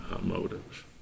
motives